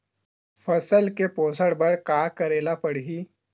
फसल के पोषण बर का करेला पढ़ही?